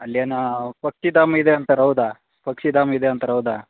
ಅಲ್ಲೇನೋ ಪಕ್ಷಿಧಾಮ ಇದೆ ಅಂತರ ಹೌದಾ ಪಕ್ಷಿಧಾಮ್ ಇದೆ ಅಂತರೆ ಹೌದಾ